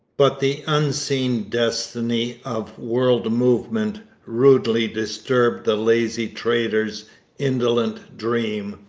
but the unseen destiny of world movement rudely disturbed the lazy trader's indolent dream.